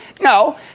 No